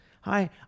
Hi